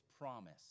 promise